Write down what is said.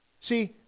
See